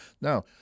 Now